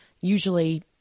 usually